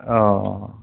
अ